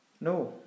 No